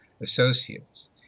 Associates